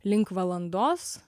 link valandos